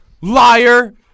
Liar